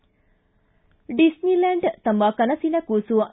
ಡಿಸ್ಕಿಲ್ನಾಂಡ್ ತಮ್ನ ಕನಸಿನ ಕೂಸು